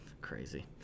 Crazy